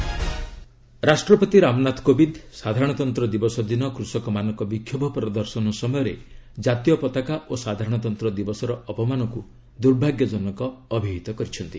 president address ରାଷ୍ଟ୍ରପତି ରାମନାଥ କୋବିନ୍ଦ ସାଧାରଣତନ୍ତ୍ର ଦିବସ ଦିନ କୃଷକମାନଙ୍କ ବିକ୍ଷୋଭ ପ୍ରଦର୍ଶନ ସମୟରେ କାତୀୟପତାକା ଓ ସାଧାରଣତନ୍ତ୍ର ଦିବସର ଅପମାନକୁ ଦୁର୍ଭାଗ୍ୟଜନକ ବୋଲି ଅଭିହିତ କରିଛନ୍ତି